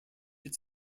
its